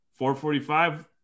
4.45